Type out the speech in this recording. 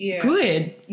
good